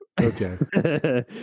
Okay